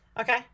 Okay